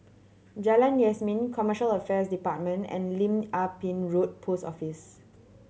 Jalan Yasin Commercial Affairs Department and Lim Ah Pin Road Post Office